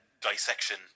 dissection